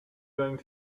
going